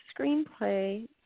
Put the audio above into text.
screenplay